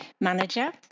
manager